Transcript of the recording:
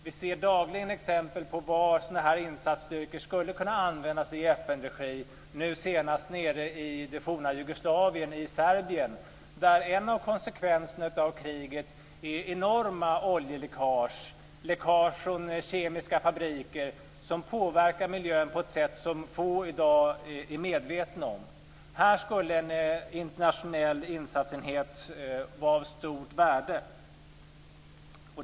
Vi ser dagligen exempel på var sådana här insatsstyrkor skulle kunna användas i FN:s regi, nu senast nere i Serbien i det forna Jugoslavien, där en av krigets konsekvenser är enorma oljeläckage och läckage från kemiska fabriker som påverkar miljön på Balkan på ett sätt som få i dag är medvetna om. Här skulle en internationell insatsenhet vara av stort värde.